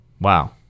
Wow